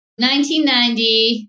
1990